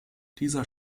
dieser